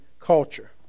culture